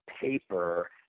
paper